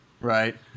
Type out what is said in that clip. Right